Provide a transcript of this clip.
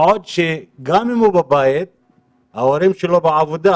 מה עוד שגם אם הוא בבית ההורים שלו בעבודה,